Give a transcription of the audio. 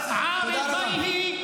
תודה רבה.